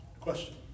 Question